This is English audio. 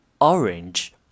orange